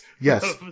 yes